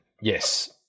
Yes